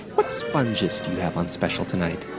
what sponges do you have on special tonight?